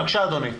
בבקשה, אדוני.